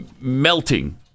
melting